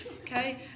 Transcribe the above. Okay